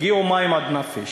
הגיעו מים עד נפש.